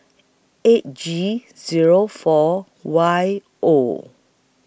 eight G Zero four Y O